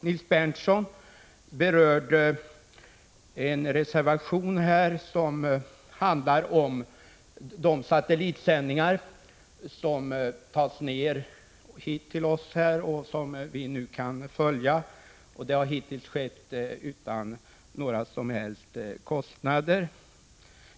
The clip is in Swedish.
Nils Berndtson berörde en reservation som handlar om de satellitsändningar som tas emot här i riksdagen och som vi nu kan följa. Det har hittills skett utan några som helst kostnader.